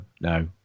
no